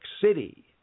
City